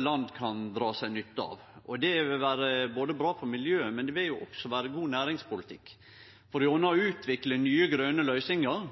land kan dra nytte av. Det vil vere bra for miljøet, men det vil også vere god næringspolitikk, for ved å utvikle nye grøne løysingar